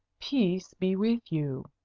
peace be with you!